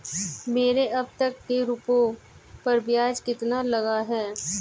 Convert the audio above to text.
मेरे अब तक के रुपयों पर ब्याज कितना लगा है?